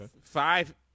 Five